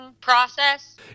process